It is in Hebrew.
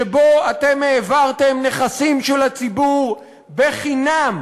שבו אתם העברתם נכסים של הציבור בחינם,